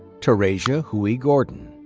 tarayjah hoey-gordon.